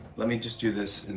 let me just do this, and